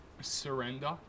surrender